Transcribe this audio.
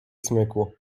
smyku